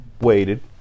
waited